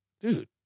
dude